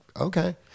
okay